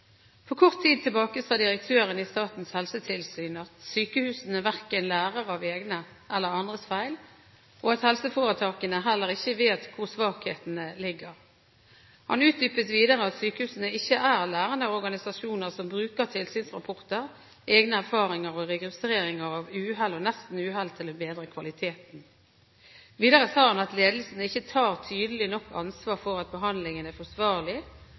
For kort tid tilbake sa direktøren i Statens helsetilsyn at sykehusene verken lærer av egne eller andres feil, og at helseforetakene heller ikke vet hvor svakhetene ligger. Han utdypet videre at sykehusene ikke er lærende organisasjoner som bruker tilsynsrapporter, egne erfaringer og registreringer av uhell og nestenuhell til å bedre kvaliteten. Videre sa han at ledelsen ikke tar tydelig nok ansvar for at behandlingen er forsvarlig,